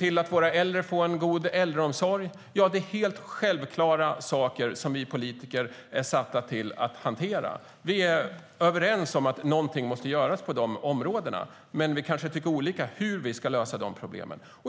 eller om våra äldre behöver god äldreomsorg. Det är helt självklara saker som vi politiker är satta att hantera. Vi är överens om att något måste göras på de områdena, men vi kanske tycker olika om hur vi ska lösa problemen.